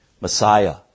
Messiah